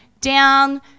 down